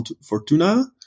Fortuna